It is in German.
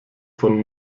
von